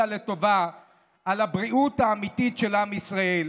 לטובה על הבריאות האמיתית של עם ישראל,